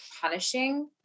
punishing